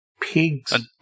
pigs